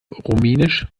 rumänisch